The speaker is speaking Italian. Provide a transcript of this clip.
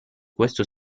questo